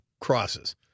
crosses